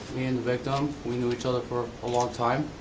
and victim, we knew each other for a long time.